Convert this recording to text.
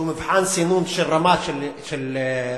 שהוא מבחן סינון לרמה של מועמדים,